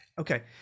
Okay